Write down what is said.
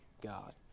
God